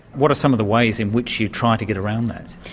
what are some of the ways in which you try to get around that?